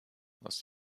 less